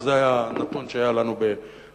אבל זה הנתון שהיה לנו ב-2008.